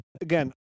again